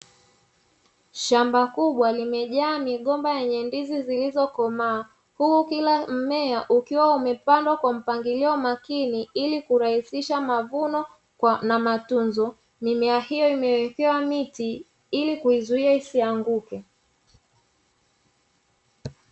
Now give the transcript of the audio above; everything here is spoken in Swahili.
Shamba kubwa limejaa migomba yenye ndizi zilizokomaa huku kila mmea, ukiwa umepandwa kwa mpangilio makini ili kurahisisha mavuno kwa na matunzo mimea hiyo imewekewa miti ili kuizuia hisianguke.